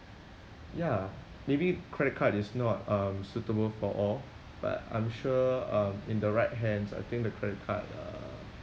ya maybe credit card is not um suitable for all but I'm sure um in the right hands I think the credit card uh